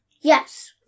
Yes